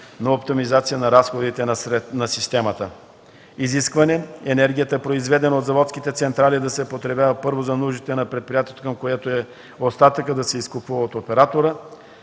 на оптимизация на разходите на системата; - изискване енергията, произведена от заводски централи, да се потребява първо за нуждите на предприятието, към което е и остатъкът да се изкупува от оператора;